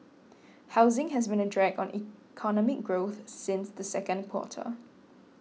housing has been a drag on economic growth since the second quarter